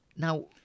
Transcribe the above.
Now